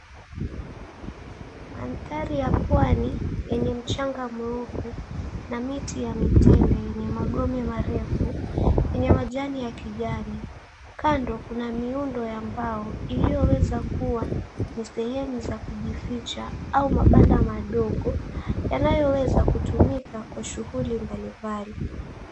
Mandhari ya pwani yenye mchanga mweupe na miti ya mitende yenye magome marefu yenye majani ya kijani. Kando kuna miundo ya mbao iliyoweza kuwa ni sehemu za kujificha au mabanda madogo yanayoweza kutumika kwa shughuli mbalimbali.